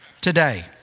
today